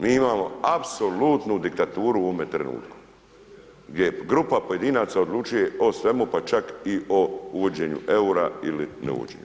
Mi imamo apsolutnu diktaturu u ovome trenutku gdje grupa pojedinaca odlučuje o svemu pa čak i o uvođenju eura ili neuvođenju.